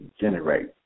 generate